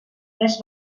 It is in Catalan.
tres